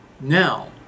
now